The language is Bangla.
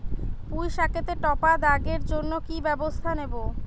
পুই শাকেতে টপা দাগের জন্য কি ব্যবস্থা নেব?